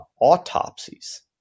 autopsies